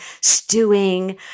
stewing